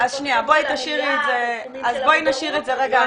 בואי נשאיר את זה רגע.